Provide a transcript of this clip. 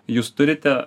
jūs turite